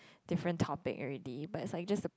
different topic already but as I just the